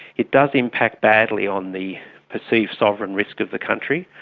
it does impact badly on the perceived sovereign risk of the country.